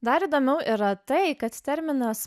dar įdomiau yra tai kad terminas